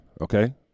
okay